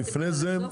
מי בעד?